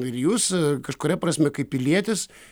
ir jūs kažkuria prasme kaip pilietis